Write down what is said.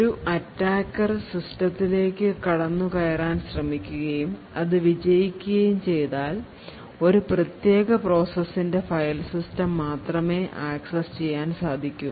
ഒരു അറ്റാക്കർ സിസ്റ്റത്തിലേക്ക് കടന്നുകയറാൻ ശ്രമിക്കുകയും അത് വിജയിക്കുകയും ചെയ്താൽഒരു പ്രത്യേക പ്രോസസിന്റെ ഫയൽസിസ്റ്റം മാത്രമേ ആക്സസ് ചെയ്യാൻ സാധിക്കൂ